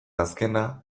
azkena